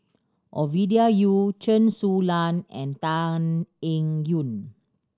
Ovidia Yu Chen Su Lan and Tan Eng Yoon